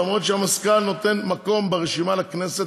אף שהמזכ"ל נותן מקום ברשימה לכנסת,